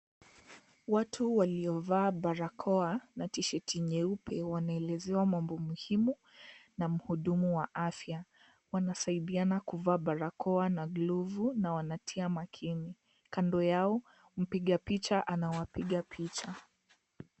Watu, waliovaa barakoa na t-shirt nyeupe, wanaelezewa mambo muhimu, na mhudumu wa afya. Wanasaidiana kuvaa barakoa na glove ,na wanatia makini. Kando yao, mpiga picha anawapiga picha.